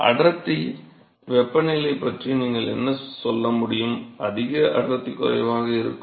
மாணவர் அடர்த்தி வெப்பநிலை பற்றி நீங்கள் என்ன சொல்ல முடியும் அதிக அடர்த்தி குறைவாக இருக்கும்